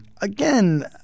Again